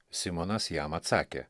simonas jam atsakė